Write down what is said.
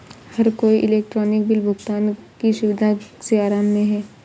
हर कोई electronic bill भुगतान की सुविधा से आराम में है